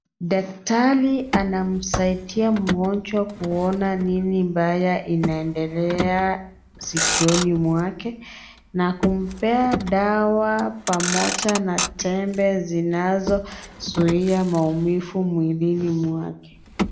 Daktari anamsaidia mgonjwa kuona nini mbaya inaendelea sikioni mwake na kumpea dawa pamoja na tembe zinazozuia maumivu mwilini mwake.